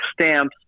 stamps